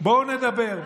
בואו נדבר,